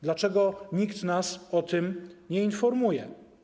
Dlaczego nikt nas o tym nie informuje?